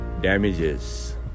damages